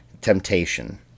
Temptation